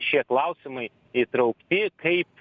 šie klausimai įtraukti kaip